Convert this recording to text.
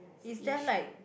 seashore